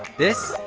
this,